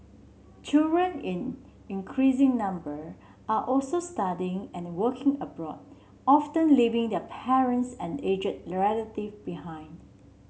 children in increasing number are also studying and working abroad often leaving their parents and aged relatives behind